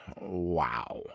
wow